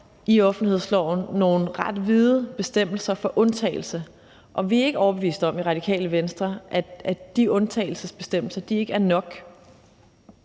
i offentlighedsloven nogle ret vide bestemmelser for undtagelse, og vi er ikke overbevist om i Radikale Venstre, at de undtagelsesbestemmelser ikke er nok.